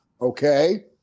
Okay